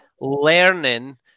learning